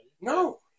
No